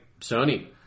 Sony